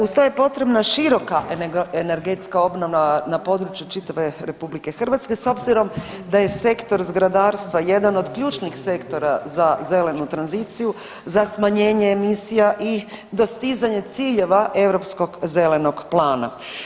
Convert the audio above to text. Uz to je potrebna široka energetska obnova na području čitave RH, s obzirom da je sektor zgradarstva jedan od ključnih sektora za zelenu tranziciju, za smanjenje emisija i dostizanje ciljeva Europskog zelenog plana.